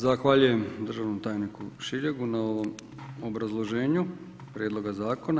Zahvaljujem državnom tajniku Šiljegu na ovom obrazloženju prijedloga zakona.